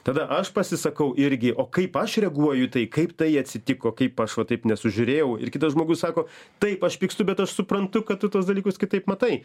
tada aš pasisakau irgi o kaip aš reaguoju tai kaip tai atsitiko kaip aš va taip nesužiūrėjau ir kitas žmogus sako taip aš pykstu bet aš suprantu kad tu tuos dalykus kitaip matai